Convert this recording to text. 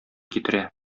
китерә